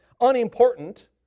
unimportant